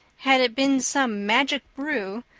had it been some magic brew,